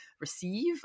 receive